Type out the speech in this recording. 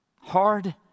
Hard